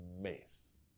mess